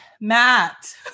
Matt